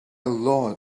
load